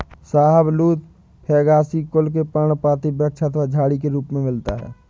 शाहबलूत फैगेसी कुल के पर्णपाती वृक्ष अथवा झाड़ी के रूप में मिलता है